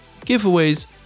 giveaways